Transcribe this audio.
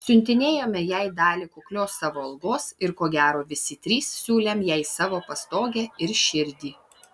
siuntinėjome jai dalį kuklios savo algos ir ko gero visi trys siūlėm jai savo pastogę ir širdį